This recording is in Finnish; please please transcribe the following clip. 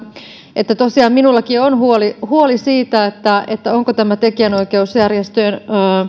että tosiaan minullakin on huoli huoli siitä onko tämä tekijänoikeusjärjestöjen